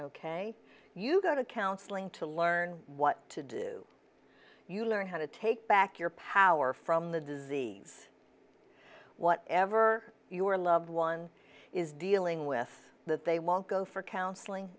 ok you go to counseling to learn what to do you learn how to take back your power from the disease whatever your loved one is dealing with that they won't go for counseling